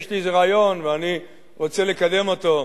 יש לי איזה רעיון ואני רוצה לקדם אותו,